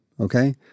Okay